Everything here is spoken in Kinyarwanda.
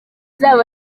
zabo